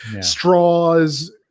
straws